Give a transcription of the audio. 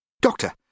Doctor